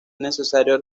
necesario